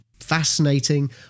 fascinating